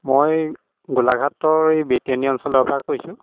মই গোলাঘাটৰ এই বেতিয়নী অঞ্চলৰপৰা কৈছোঁ